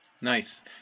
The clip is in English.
Nice